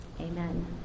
Amen